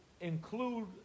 include